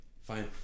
fine